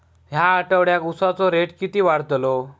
या आठवड्याक उसाचो रेट किती वाढतलो?